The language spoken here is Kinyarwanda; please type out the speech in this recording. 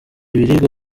biribwa